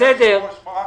אין ספק.